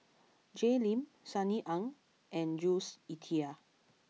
Jay Lim Sunny Ang and Jules Itier